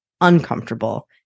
uncomfortable